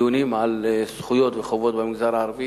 בדיונים על זכויות וחובות במגזר הערבי